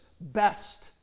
best